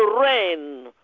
rain